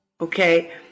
okay